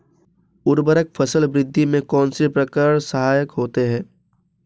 उर्वरक फसल वृद्धि में किस प्रकार सहायक होते हैं?